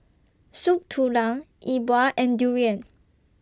Soup Tulang E Bua and Durian